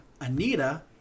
Anita